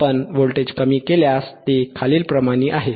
आपण व्होल्टेज कमी केल्यास ते खालीलप्रमाणे आहे